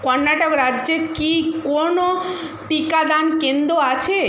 কর্ণাটক রাজ্যে কি কোনও টিকাদান কেন্দ্র আছে